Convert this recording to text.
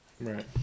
Right